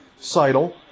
Seidel